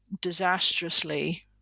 disastrously